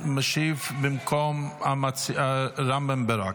משיב במקום רם בן ברק.